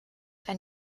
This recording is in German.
ein